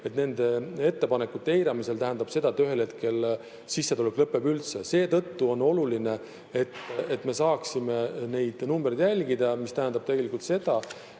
see, nende ettepanekute eiramine tähendab seda, et ühel hetkel sissetulek lõpeb üldse. Seetõttu on oluline, et me saaksime neid numbreid jälgida, mis tähendab seda,